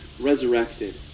resurrected